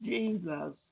Jesus